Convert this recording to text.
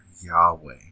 Yahweh